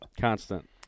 Constant